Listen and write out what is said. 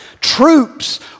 troops